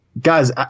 Guys